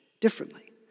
differently